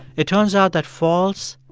it turns out that false,